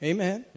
Amen